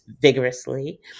vigorously